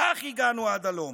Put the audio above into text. כך הגענו עד הלום.